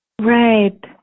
Right